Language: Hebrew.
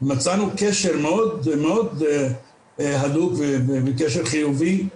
מצאנו קשר מאוד הדוק וקשר חיובי,